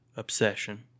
obsession